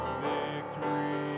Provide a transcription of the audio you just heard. victory